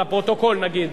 לפרוטוקול נגיד.